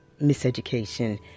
miseducation